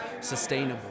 sustainable